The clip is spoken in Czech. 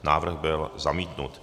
Návrh byl zamítnut.